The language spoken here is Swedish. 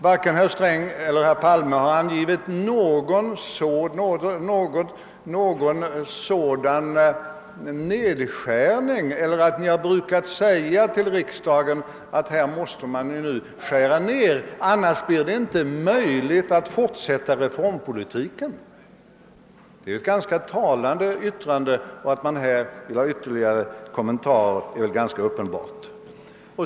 Varken herr Sträng eller herr Palme har närmare angivit någon sådan nedskärning, men de har sagt till riksdagen att det inte blir möjligt att fortsätta reformpolitiken om inte utgifterna skärs ned. Det var ett ganska talande yttrande. Att man här måste begära ytterligare kommentarer är väl uppenbart.